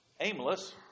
aimless